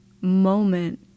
moment